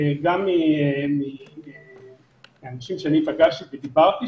גם מאנשים שאני פגשתי ודיברתי,